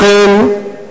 לכן,